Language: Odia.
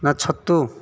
ନା ଛତୁ